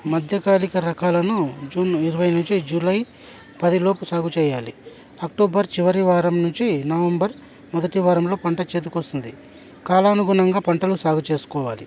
మధ్యకాలిక రకాలను జూన్ ఇరవై నుంచి జూలై పదిలోపు సాగు చేయాలి అక్టోబర్ చివరి వారం నుంచి నవంబర్ మొదటి వారంలో పంట చేతికి వస్తుంది కాలానుగుణంగా పంటలు సాగు చేసుకోవాలి